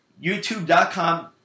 YouTube.com